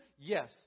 Yes